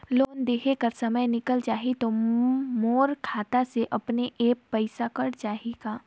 Loan देहे कर समय निकल जाही तो मोर खाता से अपने एप्प पइसा कट जाही का?